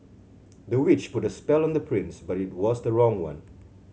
the witch put a spell on the prince but it was the wrong one